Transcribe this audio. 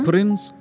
Prince